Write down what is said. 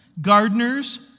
gardeners